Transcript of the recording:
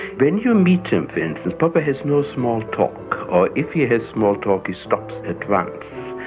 when you meet him, for instance, popper has no small talk, or if he has small talk he stops at once.